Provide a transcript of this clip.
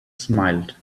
smiled